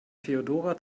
feodora